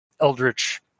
eldritch